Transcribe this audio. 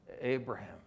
Abraham